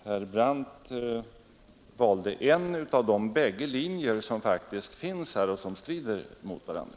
Herr Brandt valde en av de bägge linjer som faktiskt finns här och som strider mot varandra.